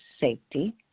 safety